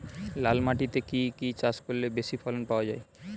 লাল মাটিতে কি কি চাষ করলে বেশি ফলন পাওয়া যায়?